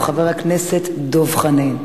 הוא חבר הכנסת דב חנין.